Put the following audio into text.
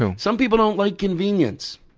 so some people don't like convenience.